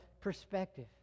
perspective